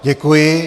Děkuji.